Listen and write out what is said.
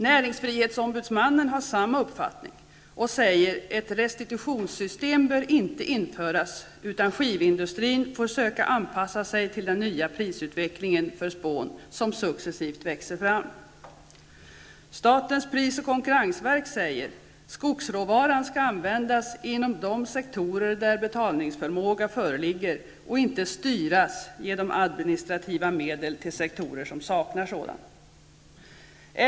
Näringsfrihetsombudsmannen har samma uppfattning och säger att ''ett restitutionssystem bör inte införas utan skivindustrin får söka anpassa sig till den nya prisutvecklingen för spån som successivt växer fram''. ''Skogsråvaran skall användas inom de sektorer där betalningsförmåga föreligger och inte styras genom administrativa medel till sektorer som saknar sådan.''